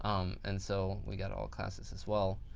um and so we got all classes as well.